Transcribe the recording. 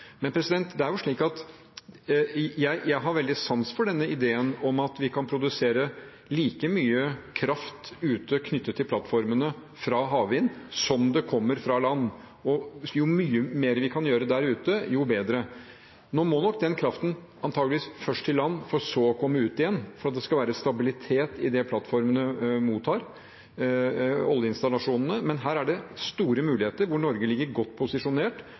har veldig sans for denne ideen om at vi kan produsere like mye kraft ute knyttet til plattformene fra havvind som det kommer fra land, og jo mye mer vi kan gjøre der ute, jo bedre. Nå må nok den kraften antakeligvis først til land, for så å komme ut igjen, for at det skal være stabilitet i det plattformene – oljeinstallasjonene – mottar. Men her er det store muligheter hvor Norge ligger godt posisjonert,